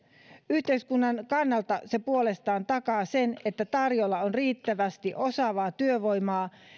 yhteiskunnan kannalta se puolestaan takaa sen että tarjolla on riittävästi osaavaa työvoimaa